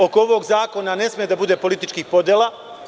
Oko ovog zakona ne sme da bude političkih podela.